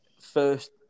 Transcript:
first